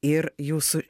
ir jūsų